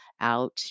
out